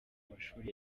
mashuri